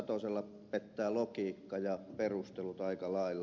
satosella pettävät logiikka ja perustelut aika lailla